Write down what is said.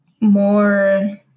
more